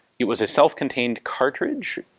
it was a self-contained cartridge,